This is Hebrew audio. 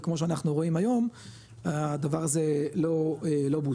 וכמו שאנחנו רואים היום הדבר הזה לא בוצע.